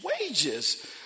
wages